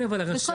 כן, אבל 'רשאים'.